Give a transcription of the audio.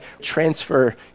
transfer